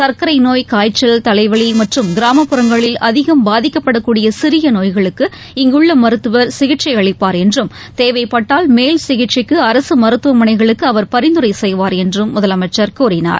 சர்க்கரை நோய் காய்ச்சல் தலைவலி மற்றும் கிராமப்புறங்களில் அதிகம் பாதிக்கப்படக்கூடிய சிறிய நோய்களுக்கு இங்குள்ள மருத்துவர் சிகிச்சை அளிப்பார் என்றும் தேவைப்பட்டால் மேல் சிகிச்சைக்கு அரசு மருத்துவமனைகளுக்கு அவர் பரிந்துரை செய்வார் என்றும் முதலமைச்சர் கூறினார்